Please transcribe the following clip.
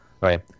Right